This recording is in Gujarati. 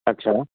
અચ્છા